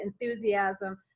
enthusiasm